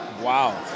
Wow